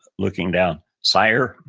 looking down, sire,